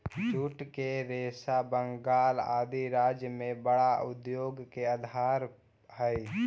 jute के रेशा बंगाल आदि राज्य में बड़ा उद्योग के आधार हई